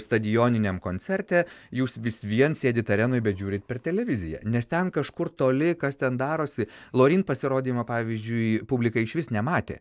stadioniniam koncerte jūs vis vien sėdit arenoj bet žiūrit per televiziją nes ten kažkur toli kas ten darosi loreen pasirodymą pavyzdžiui publika išvis nematė